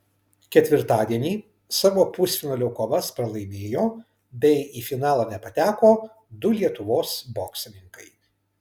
ketvirtadienį savo pusfinalio kovas pralaimėjo bei į finalą nepateko du lietuvos boksininkai